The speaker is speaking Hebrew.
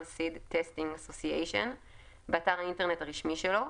Seed Testing Association באתר האינטרנט הרשמי שלו,